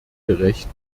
gerecht